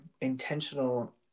intentional